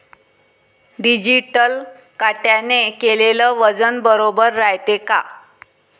Digital काट्याने केलेल वजन बरोबर रायते का?